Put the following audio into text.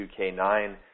2K9